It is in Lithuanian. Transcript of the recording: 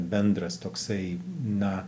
bendras toksai na